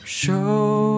show